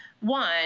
One